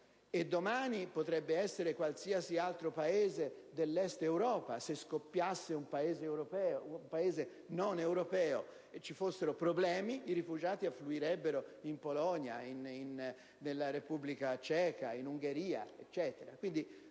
domani potrebbe essere qualsiasi altro Paese dell'Est Europa: se scoppiasse un Paese europeo o non europeo e ci fossero problemi, i rifugiati affluirebbero in Polonia, in Repubblica ceca, in Ungheria.